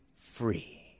free